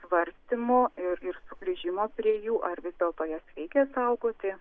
svarstymų ir grįžimo prie jų ar vis dėlto jas reikia saugoti